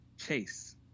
Chase